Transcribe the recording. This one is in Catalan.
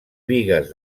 bigues